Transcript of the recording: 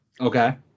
Okay